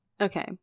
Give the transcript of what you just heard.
Okay